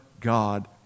God